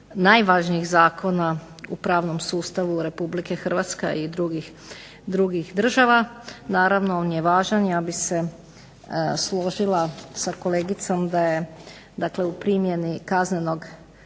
najvažnijih zakona u pravnom sustavu Republike Hrvatske, a i drugih država. Naravno on je važan. Ja bih se složila sa kolegicom da je, dakle u primjeni kaznenih